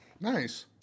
nice